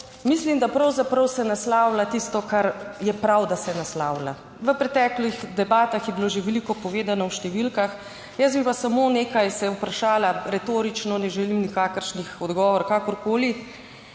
mislim, da pravzaprav se naslavlja tisto kar je prav, da se naslavlja. V preteklih debatah je bilo že veliko povedano o številkah, jaz bi pa samo nekaj, se vprašala retorično, ne želim nikakršnih odgovorov kakorkoli